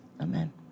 Amen